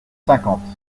cinquante